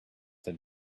had